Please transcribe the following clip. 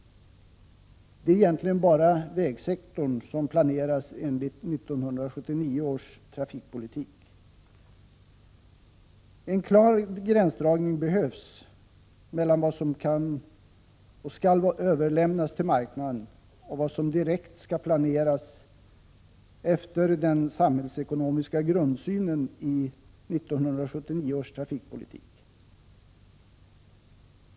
Det är egentligen bara vägsektorn som planeras enligt 1979 års trafikpolitik. ViGGren(veckung så a § är EA + 1979årstrafikpolitiska En klar gränsdragning behövs mellan vad som skall överlämnas till beslut u marknaden och vad som direkt skall planeras efter den samhällsekonomiska grundsynen i 1979 års trafikpolitik.